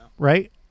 right